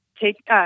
take